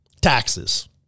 Taxes